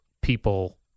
people